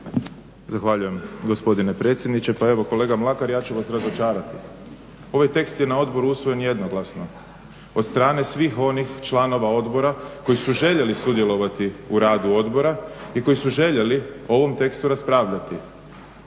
Zahvaljujem gospodine predsjedniče. Pa evo kolega Mlakar ja ću vas razočarati. Ovaj tekst je na odboru usvojen jednoglasno od strane svih onih članova odbora koji su željeli sudjelovati u radu odbora i koji su željeli o ovom tekstu raspravljati.